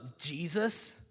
Jesus